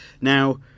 Now